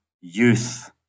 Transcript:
youth